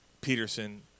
Peterson